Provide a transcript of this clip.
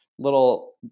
little